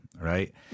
right